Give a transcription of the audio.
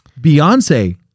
Beyonce